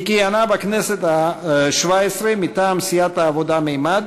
היא כיהנה בכנסת השבע-עשרה מטעם סיעת העבודה-מימד,